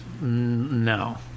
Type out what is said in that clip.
no